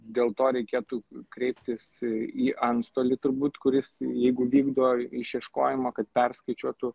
dėl to reikėtų kreiptis į antstolį turbūt kuris jeigu vykdo išieškojimą kad perskaičiuotų